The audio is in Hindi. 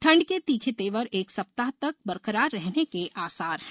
ठंड के तीखे तेवर एक सप्ताह तक बरकरार रहने के आसार हैं